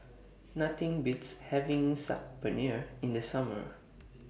Nothing Beats having Saag Paneer in The Summer